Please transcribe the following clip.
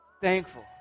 thankful